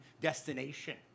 destination